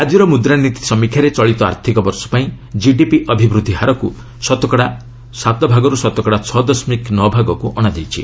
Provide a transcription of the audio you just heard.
ଆଜିର ମୁଦ୍ରାନୀତି ସମୀକ୍ଷାରେ ଚଳିତ ଆର୍ଥିକବର୍ଷ ପାଇଁ ଜିଡିପି ଅଭିବୃଦ୍ଧି ହାରକୁ ଶତକଡ଼ା ସାତ ଭାଗରୁ ଶତକଡ଼ା ଛଅ ଦଶମିକ ନଅ ଭାଗକୁ ଅଣାଯାଇଛି